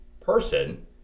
person